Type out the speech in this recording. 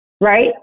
right